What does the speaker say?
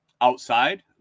Outside